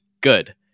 good